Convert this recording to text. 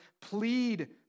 plead